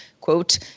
quote